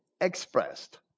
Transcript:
expressed